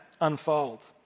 unfold